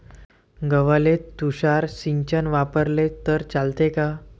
गव्हाले तुषार सिंचन वापरले तर चालते का?